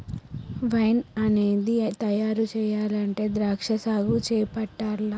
wine అనేది తయారు చెయ్యాలంటే ద్రాక్షా సాగు చేపట్టాల్ల